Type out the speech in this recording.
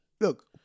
Look